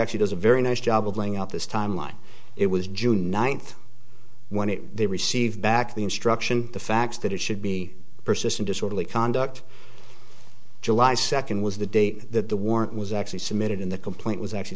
actually does a very nice job of laying out this timeline it was june ninth when it they received back the instruction the facts that it should be persistent disorderly conduct july second was the day that the warrant was actually submitted in the complaint was actually